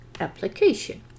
application